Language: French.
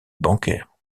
bancaire